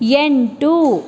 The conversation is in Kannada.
ಎಂಟು